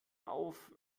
auf